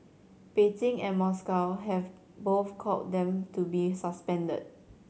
Beijing and Moscow have both called them to be suspended